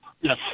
Yes